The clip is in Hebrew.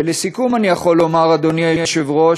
ולסיכום, אני יכול לומר, אדוני היושב-ראש: